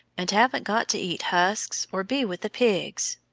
and haven't got to eat husks or be with the pigs.